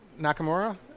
nakamura